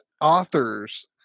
authors